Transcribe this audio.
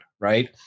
right